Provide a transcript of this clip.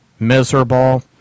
Miserable